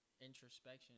introspection